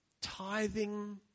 Tithing